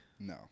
No